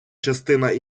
частина